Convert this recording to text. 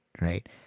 Right